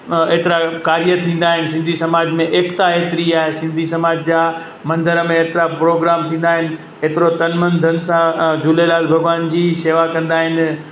एतिरा कार्य थींदा आहिनि सिंधी समाज में एकता एतिरी आहे सिंधी समाज जा मंदर में एतिरा प्रोग्राम थींदा आहिनि एतिरो तन मन धन सां ऐं झूलेलाल भॻिवान जी शेवा कंदा आहिनि